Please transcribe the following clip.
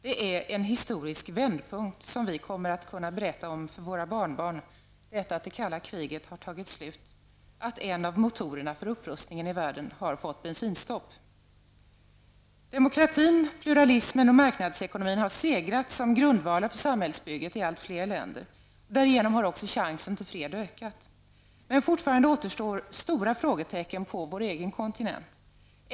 Det är en historisk vändpunkt som vi kommer att kunna berätta om för våra barnbarn att det kalla kriget nu har tagit slut, att en av motorerna för upprustningen i världen har fått bensinstopp. Demokratin, pluralismen och marknadsekonomin har segrat som grundval för samhällsbygget i allt fler länder. Därigenom har också chansen till fred ökat. Men fortfarande återstår stora frågetecken på vår egen kontinent.